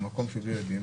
במקום בלי ילדים,